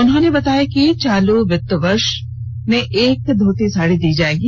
उन्होंने बताया कि चालू वित्तीय वर्ष एक धोती साड़ी दी जाएगी